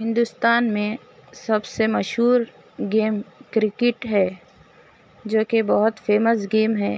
ہندوستان میں سب سے مشہور گیم کرکٹ ہے جو کہ بہت فیمس گیم ہے